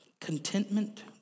contentment